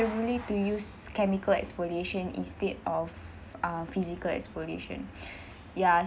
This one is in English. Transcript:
preferably to use chemical exfoliation instead of uh physical exfoliation ya